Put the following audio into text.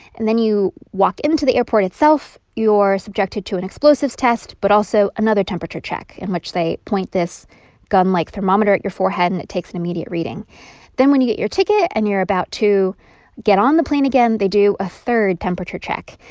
and then you walk into the airport itself. you're subjected to an explosives test but also another temperature check in which they point this gunlike thermometer at your forehead, and it takes an immediate reading then when you get your ticket and you're about to get on the plane again, they do a third temperature check.